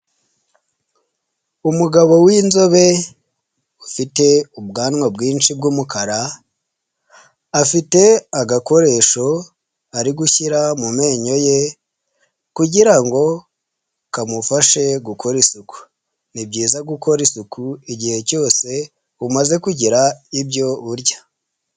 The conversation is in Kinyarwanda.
Umugabo w'inzobe ufite ubwanwa bwinshi bw'umukara, afite agakoresho ari gushyira mu menyo ye kugira ngo kamufashe gukora isuku, ni byiza gukora isuku igihe cyose umaze kugira ibyo urya.